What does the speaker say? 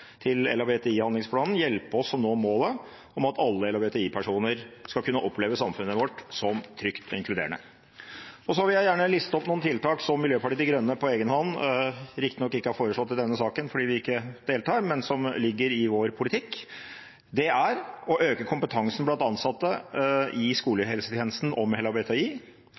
til LHBTI-handlingsplanen, hjelpe oss med å nå målet om at alle LHBTI-personer skal kunne oppleve samfunnet vårt som trygt og inkluderende. Jeg vil gjerne liste opp noen tiltak som Miljøpartiet De Grønne riktig nok ikke har foreslått i denne saken – fordi vi ikke deltok i komitébehandlingen – men som ligger i vår politikk. Det er å øke kompetansen blant ansatte i skolehelsetjenesten om